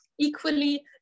Equally